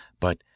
but—